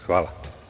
Hvala.